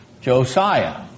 Josiah